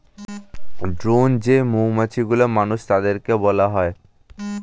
drone যেই মৌমাছিগুলো, পুরুষ তাদেরকে বলা হয়